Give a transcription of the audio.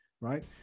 right